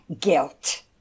guilt